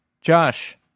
Josh